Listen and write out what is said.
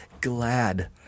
glad